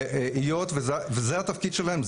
היות וזה התפקיד שלהם,